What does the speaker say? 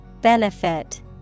Benefit